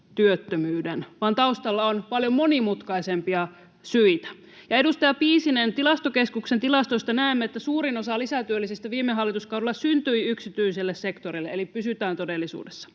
työttömyyden, vaan taustalla on paljon monimutkaisempia syitä. Edustaja Piisinen, Tilastokeskuksen tilastoista näemme, että suurin osa lisätyöllisistä viime hallituskaudella syntyi yksityiselle sektorille, eli pysytään todellisuudessa.